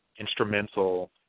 instrumental